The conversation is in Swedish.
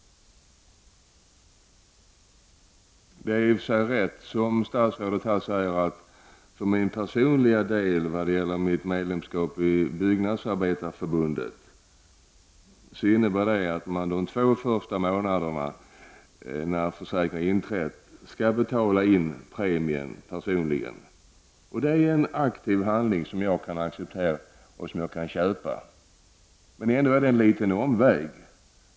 Det är i och för sig rätt som statsrådet säger, att jag för min personliga del, när det gäller mitt medlemskap i Byggnadsarbetareförbundet, för de två första månaderna, när försäkringen har trätt i kraft, skall betala in premien personligen. Det är en aktiv handling som jag kan acceptera. Men det är ändå en liten omväg.